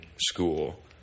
school